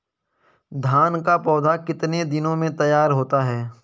धान का पौधा कितने दिनों में तैयार होता है?